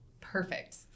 Perfect